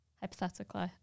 hypothetically